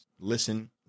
listen